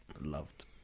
loved